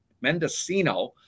Mendocino